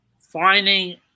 finding